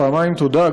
פעמיים תודה,